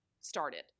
started